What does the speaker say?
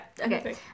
Okay